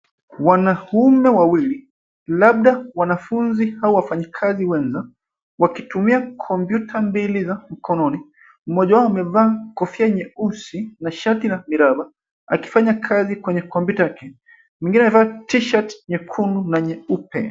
Wanaume wawili labda wanafunzi au wafanyikazi wenza wakitumia kompyuta mbili za mkononi. Mmoja wao amevaa kofia nyeusi na shati la miraba akifanya kazi kwenye kompyuta yake. Mwingine amevaa t-shirt nyekundu na nyeupe.